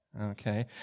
Okay